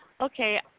okay